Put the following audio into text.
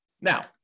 Now